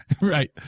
Right